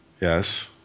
Yes